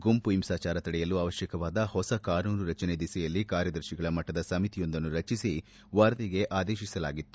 ಗುಂಪು ಹಿಂಸಾಚಾರ ತಡೆಯಲು ಅವಶ್ಯಕವಾದ ಹೊಸ ಕಾನೂನು ರಚನೆ ದಿಸೆಯಲ್ಲಿ ಕಾರ್ಯದರ್ತಿಗಳ ಮಟ್ಟದ ಸಮಿತಿಯೊಂದನ್ನು ರಚಿಸಿ ವರದಿಗೆ ಆದೇಶಿಸಲಾಗಿತ್ತು